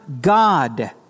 God